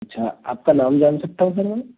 अच्छा आपका नाम जान सकता हूँ सर मैं